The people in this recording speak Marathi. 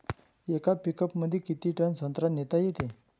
येका पिकअपमंदी किती टन संत्रा नेता येते?